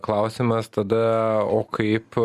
klausimas tada o kaip